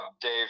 Dave